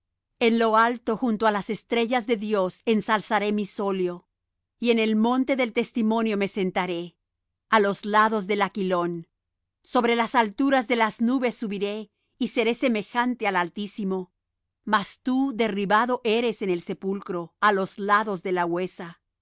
en lo alto junto á las estrellas de dios ensalzaré mi solio y en el monte del testimonio me sentaré á los lados del aquilón sobre las alturas de las nubes subiré y seré semejante al altísimo mas tú derribado eres en el sepulcro á los lados de la huesa